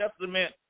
Testament